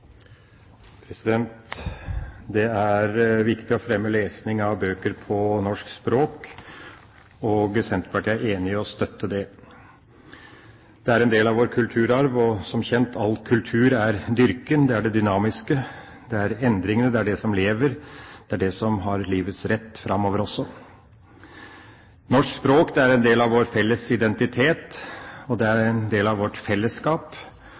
enig i og støtter det. Det er en del av vår kulturarv, og som kjent er all kultur dyrking. Det er det dynamiske. Det er endringene. Det er det som lever. Det er det som har livets rett framover også. Norsk språk er en del av vår felles identitet, og det er en del av vårt fellesskap.